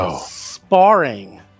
sparring